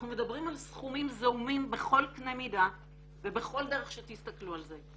אנחנו מדברים על סכומים זעומים בכל קנה מידה ובכל דרך שתסתכלו על זה.